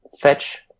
fetch